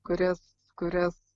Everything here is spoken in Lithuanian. kurias kurias